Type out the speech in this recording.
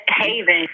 haven